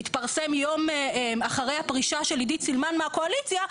התפרסם יום אחרי הפרישה של עידית סילמן מהקואליציה,